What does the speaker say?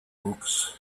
books